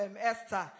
esther